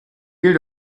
hehl